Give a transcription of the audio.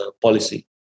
policy